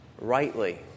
rightly